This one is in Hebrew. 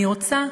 אני רוצה,